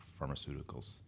pharmaceuticals